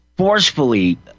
forcefully